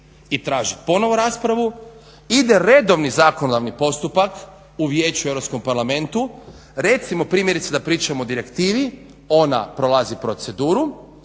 i tražiti ponovo raspravu. Ide redovni zakonodavni postupak u vijeću u Europskom parlamentu. Recimo primjerice da pričamo o direktivi, ona prolazi proceduru,